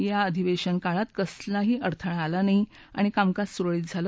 या अधिवेशन काळात कधीही कसलाही अडथळा आला नाही आणि कामकाज सुरळीत झालं